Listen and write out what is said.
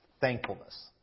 thankfulness